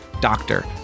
doctor